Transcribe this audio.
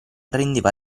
rendeva